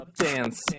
dance